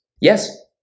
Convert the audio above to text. Yes